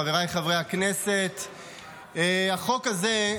חבריי חברי הכנסת, החוק הזה,